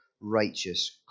righteous